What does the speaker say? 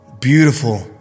beautiful